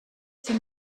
sie